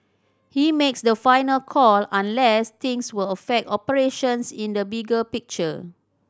he makes the final call unless things will affect operations in the bigger picture